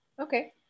Okay